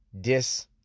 dis